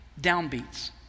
downbeats